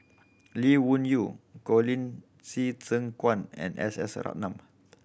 Lee Wung Yew Colin Qi Zhe Quan and S S Ratnam